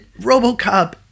Robocop